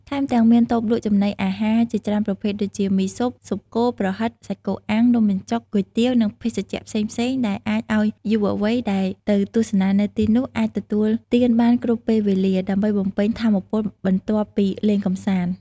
ថែមទាំង មានតូបលក់ចំណីអាហារជាច្រើនប្រភេទដូចជា ម៊ីស៊ុប ស៊ុបគោ ប្រហិត សាច់គោអាំង នំបញ្ចុក គុយទាវ និងភេសជ្ជៈផ្សេងៗ ដែលអាចឱ្យយុវវ័យដែលទៅទស្សនានៅទីនោះអាចទទួលទានបានគ្រប់ពេលវេលា ដើម្បីបំពេញថាមពលបន្ទាប់ពីលេងកម្សាន្ត។